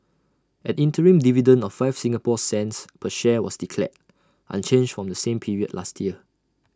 an interim dividend of five Singapore cents per share was declared unchanged from the same period last year